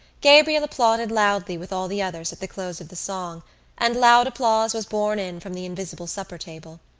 gabriel applauded loudly with all the others at the close of the song and loud applause was borne in from the invisible supper-table.